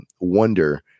wonder